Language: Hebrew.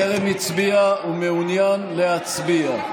טרם הצביע ומעוניין להצביע?